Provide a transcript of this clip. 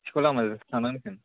सिखाव लामाजोंसो थांनांसिगोन